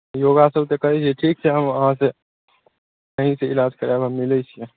योगा सब तऽ करै छियै ठीक छै हम अहाँ सॅं अहीं सॅं इलाज करायब हम मिलै छी अहाँ सॅं